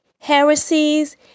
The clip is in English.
heresies